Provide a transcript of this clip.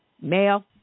male